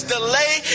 delay